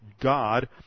God